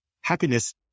Happiness